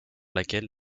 laquelle